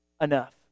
enough